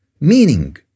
meaning